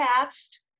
attached